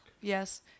Yes